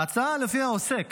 ההצעה שלפיה עוסק